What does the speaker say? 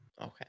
Okay